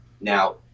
Now